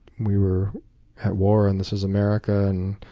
we were at war, and this is america. and